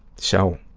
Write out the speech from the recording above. so,